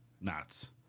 Nuts